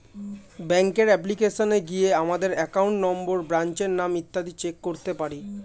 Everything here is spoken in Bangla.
ব্যাঙ্কের অ্যাপ্লিকেশনে গিয়ে আমাদের অ্যাকাউন্ট নম্বর, ব্রাঞ্চের নাম ইত্যাদি চেক করতে পারি